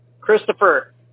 Christopher